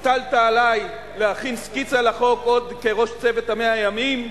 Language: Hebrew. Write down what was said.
הטלת עלי להכין סקיצה לחוק עוד כראש צוות 100 הימים,